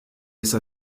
esa